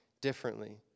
differently